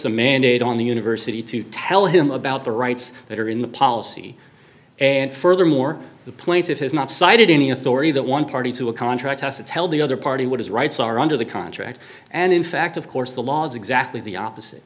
a mandate on the university to tell him about the rights that are in the policy and furthermore the point of his not cited any authority that one party to a contract has to tell the other party what his rights are under the contract and in fact of course the law is exactly the opposite